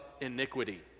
iniquity